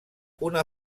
una